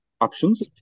options